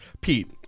Pete